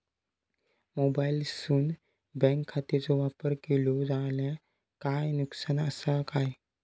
मोबाईलातसून बँक खात्याचो वापर केलो जाल्या काय नुकसान असा काय?